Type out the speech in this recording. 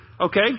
Okay